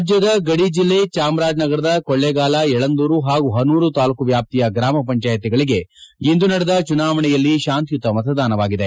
ರಾಜ್ಯದ ಗಡಿ ಜಿಲ್ಲೆ ಚಾಮರಾಜನಗರದ ಕೊಳ್ಳೇಗಾಲ ಯಳಂದೂರು ಹಾಗೂ ಹನೂರು ತಾಲೂಕು ವ್ಯಾಪ್ತಿಯ ಗೂಮ ಪಂಚಾಯಿಗಳಿಗೆ ಇಂದು ನಡೆದ ಜುನಾವಣೆಯಲ್ಲಿ ಶಾಂತಯುತ ಮತದಾನವಾಗಿದೆ